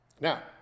Now